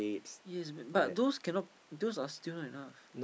yes but but those cannot those are still not enough